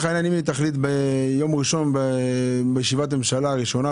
העניין אם היא תחליט ביום ראשון בישיבת הממשלה הראשונה,